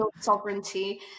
sovereignty